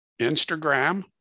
Instagram